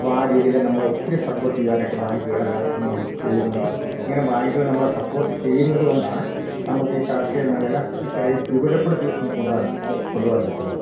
അപ്പ ആ രീതിയിൽ നമ്മളെ ഒത്തിരി സപ്പോർട്ട് ചെയ്യുവാനായിട്ട് ബാങ്കുകളെല്ലാം ചെയ്യുന്നുണ്ട് ഇങ്ങനെ ബാങ്കുകൾ നമ്മളെ സപ്പോർട്ട് ചെയ്യുന്നത് കൊണ്ടാണ് നമുക്ക് ഈ കാർഷിക മേഖല ഇത്രയും വിപലപ്പെടുത്തി നമുക്ക് കൊണ്ടുപോവാൻ കൊണ്ടു പോകാൻ പറ്റുന്നത്